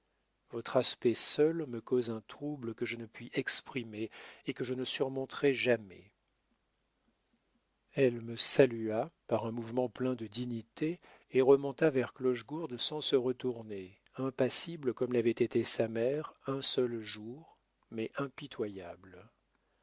votre aspect seul me cause un trouble que je ne puis exprimer et que je ne surmonterai jamais elle me salua par un mouvement plein de dignité et remonta vers clochegourde sans se retourner impassible comme l'avait été sa mère un seul jour mais impitoyable